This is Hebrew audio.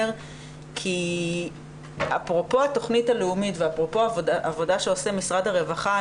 כי אפרופו התוכנית הלאומית ואפרופו העבודה שעושה משרד הרווחה,